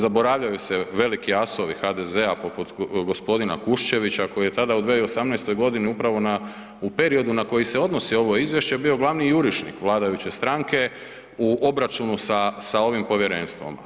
Zaboravljaju se veliki asovi HDZ-a poput g. Kuščevića koji je tada, u 2018. g. upravo na, u periodu na koji se odnosi ovo Izvješće, bio glavni jurišnik vladajuće stranke u obračunu sa ovim Povjerenstvom.